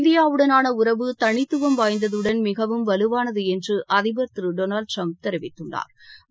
இந்தியாவுடனான உறவு தளித்துவம் வாய்ந்ததுடன் மிகவும் வலுவானது என்று அதிபர் திரு டொனால்டு டிரம்ப் தெரிவித்தாா்